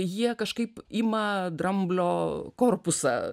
jie kažkaip ima dramblio korpusą